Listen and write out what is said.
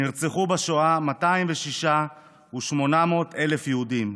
נרצחו בשואה 206,800 יהודים,